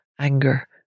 anger